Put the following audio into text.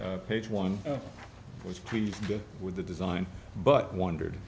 more page one was pretty good with the design but wondered